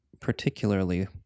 particularly